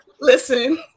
Listen